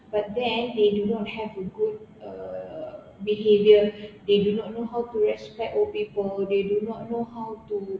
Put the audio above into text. but then they do not have a good uh behaviour they do not know how to respect old people they do not know how to